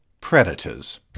Predators